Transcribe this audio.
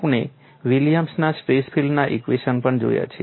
આપણે વિલિયમ્સના સ્ટ્રેસ ફીલ્ડના ઇક્વેશન્સ પણ જોયા છે